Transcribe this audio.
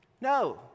No